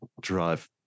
drive